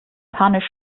panisch